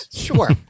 Sure